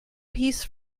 piece